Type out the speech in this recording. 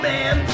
Man